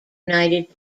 united